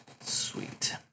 Sweet